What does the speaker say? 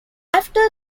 after